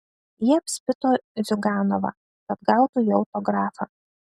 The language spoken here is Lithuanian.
jie apspito ziuganovą kad gautų jo autografą